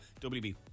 WB